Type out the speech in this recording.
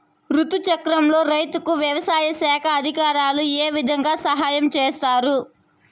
రుతు చక్రంలో రైతుకు వ్యవసాయ శాఖ అధికారులు ఏ విధంగా సహాయం చేస్తారు?